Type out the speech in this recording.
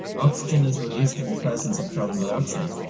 oxygen is released in the presence of carbon dioxide,